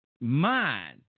mind